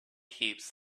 heaps